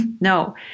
No